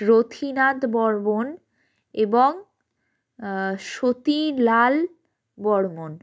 রথীনাথ বর্মন এবং সতীলাল বর্মন